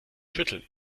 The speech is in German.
schütteln